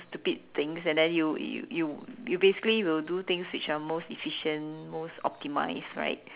stupid things and then you you you basically will do things which are most efficient most optimize right